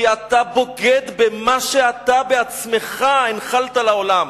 כי אתה בוגד במה שאתה בעצמך הנחלת לעולם.